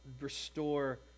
restore